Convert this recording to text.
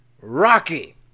Rocky